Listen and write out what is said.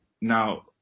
Now